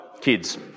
kids